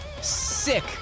sick